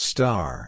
Star